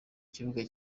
kibuga